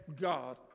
God